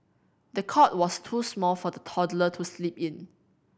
the cot was too small for the toddler to sleep in